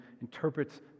interprets